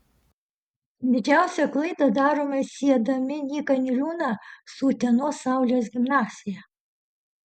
didžiausią klaidą darome siedami nyką niliūną su utenos saulės gimnazija